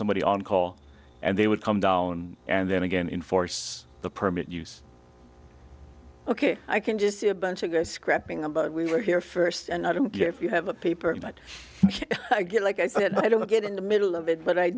somebody on call and they would come down and then again in force the permit use ok i can just see a bunch of guys scrapping them but we were here first and i don't care if you have a paper but i get like i said i don't get in the middle of it but i